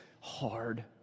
hard